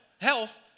health